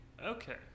Okay